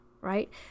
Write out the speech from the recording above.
right